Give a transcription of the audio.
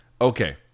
Okay